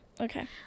okay